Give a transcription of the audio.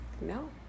no